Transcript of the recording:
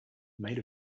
made